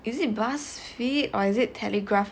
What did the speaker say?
is it Buzzfeed or is it Telegraph